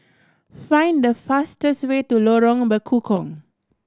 find the fastest way to Lorong Bekukong